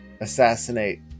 assassinate